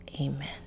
Amen